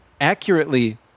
accurately